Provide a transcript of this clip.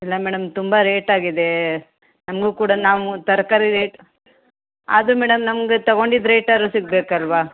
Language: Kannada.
ಇಲ್ಲ ಮೇಡಮ್ ತುಂಬ ರೇಟ್ ಆಗಿದೆ ನಮಗೂ ಕೂಡ ನಾವು ತರಕಾರಿ ರೇಟ್ ಅದು ಮೇಡಮ್ ನಮ್ಗೆ ತೊಗೊಂಡಿದ್ ರೇಟಾದ್ರು ಸಿಗಬೇಕಲ್ವಾ